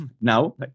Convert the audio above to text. now